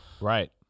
right